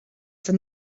from